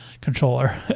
controller